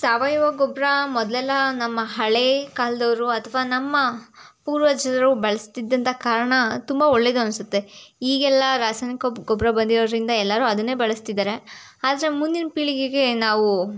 ಸಾವಯವ ಗೊಬ್ಬರ ಮೊದಲೆಲ್ಲ ನಮ್ಮ ಹಳೆಯ ಕಾಲದೋರು ಅಥವಾ ನಮ್ಮ ಪೂರ್ವಜರು ಬಳ್ಸಸ್ತಿದಿದ್ದ ಕಾರಣ ತುಂಬ ಒಳ್ಳೆಯದು ಅನಿಸುತ್ತೆ ಈಗೆಲ್ಲ ರಾಸಾಯನಿಕ ಗೊಬ್ಬರ ಬಂದಿರೋದರಿಂದ ಎಲ್ಲರೂ ಅದನ್ನೇ ಬಳಸ್ತಿದ್ದಾರೆ ಆದರೆ ಮುಂದಿನ ಪೀಳಿಗೆಗೆ ನಾವು